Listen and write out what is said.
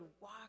walk